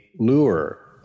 lure